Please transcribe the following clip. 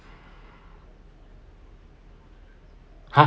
!huh!